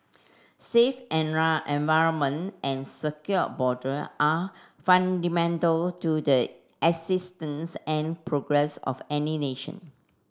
safe environment and secure border are fundamental to the existence and progress of any nation